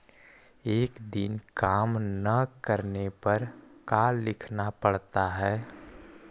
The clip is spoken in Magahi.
एक दिन काम न करने पर का लिखना पड़ता है?